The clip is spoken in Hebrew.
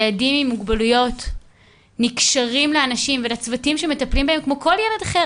ילדים עם מוגבלויות נקשרים לאנשים ולצוותים שמטפלים בהם כמו כל ילד אחר.